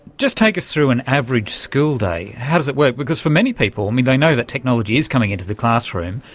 just take us through an average school day. how does it work? because for many people, i mean, they know that technology is coming into the classroom,